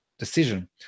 Decision